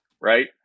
right